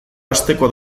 asteko